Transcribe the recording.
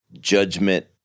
judgment